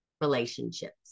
relationships